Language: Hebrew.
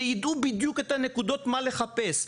שידעו בדיוק איזה נקודות לחפש.